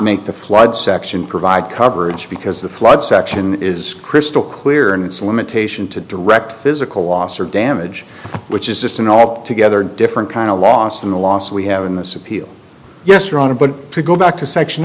make the flood section provide coverage because the flood section is crystal clear and it's a limitation to direct physical loss or damage which is just an op together different kind of loss in the loss we have in this appeal yes wrong but to go back to section